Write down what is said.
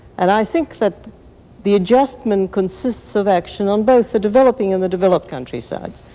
and i think that the adjustment consists of action on both the developing and the developed countrysides.